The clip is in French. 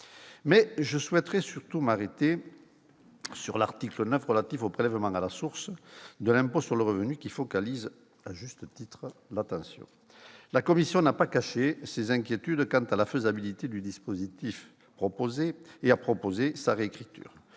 Mais je souhaite surtout m'arrêter sur l'article 9, relatif au prélèvement à la source de l'impôt sur le revenu, qui focalise - à juste titre - l'attention. La commission, qui n'a pas caché ses inquiétudes quant à la faisabilité du dispositif, a proposé sa réécriture.